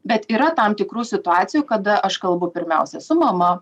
bet yra tam tikrų situacijų kada aš kalbu pirmiausia su mama